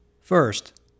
First